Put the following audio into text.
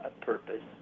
purpose